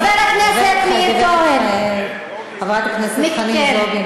חבר הכנסת מאיר כהן חברת הכנסת חנין זועבי,